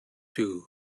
two